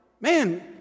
Man